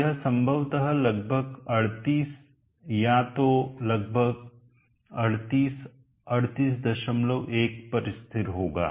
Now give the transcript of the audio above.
तो यह संभवतः लगभग 38 या तो लगभग 38 381 पर स्थिर होगा